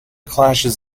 clashes